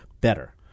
better